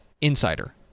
Insider